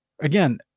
Again